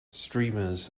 streamers